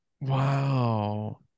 Wow